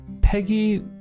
Peggy